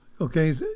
Okay